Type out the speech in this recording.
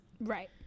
Right